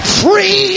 free